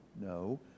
no